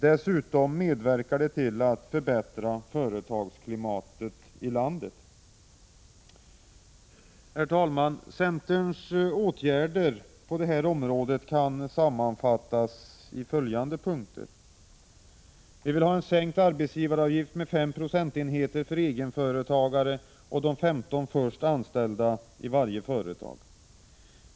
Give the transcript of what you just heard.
Dessutom medverkar den till att förbättra företagsklimatet i landet. Centerns förslag till åtgärder kan sammanfattas i följande punkter: Vi vill ha sänkt arbetsgivaravgift med 5 procentenheter för egenföretagare och de 15 först anställda i varje företag.